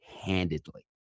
handedly